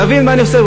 להבין מה אני עושה,